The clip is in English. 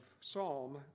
Psalm